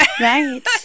Right